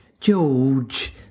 george